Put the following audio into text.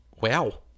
wow